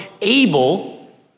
able